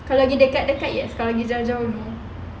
kalau pergi dekat-dekat yes kalau gi jauh-jauh no